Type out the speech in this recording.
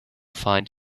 find